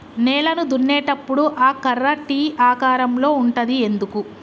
నేలను దున్నేటప్పుడు ఆ కర్ర టీ ఆకారం లో ఉంటది ఎందుకు?